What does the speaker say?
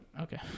Okay